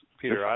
Peter